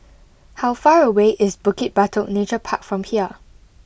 how far away is Bukit Batok Nature Park from here